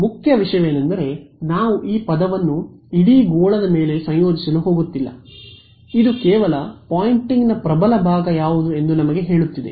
ಮುಖ್ಯ ವಿಷಯವೇನೆಂದರೆ ನಾವು ಈ ಪದವನ್ನು ಇಡೀ ಗೋಳದ ಮೇಲೆ ಸಂಯೋಜಿಸಲು ಹೋಗುತ್ತಿಲ್ಲ ಇದು ಕೇವಲ ಪೊಯಿಂಟಿಂಗ್ನ ಪ್ರಬಲ ಭಾಗ ಯಾವುದು ಎಂದು ನಮಗೆ ಹೇಳುತ್ತಿದೆ